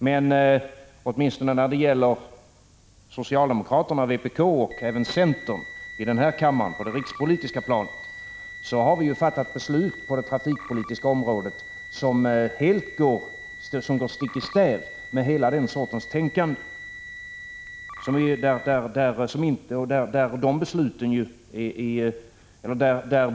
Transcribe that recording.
Men när det gäller socialdemokraterna, vpk och även centern på det rikspolitiska planet, i denna kammare, har vi fattat beslut på det trafikpolitiska området som går stick i stäv med hela den sortens tänkande.